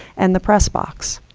and the press box.